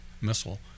missile